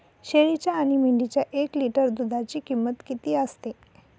शेळीच्या आणि मेंढीच्या एक लिटर दूधाची किंमत किती असते?